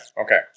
Okay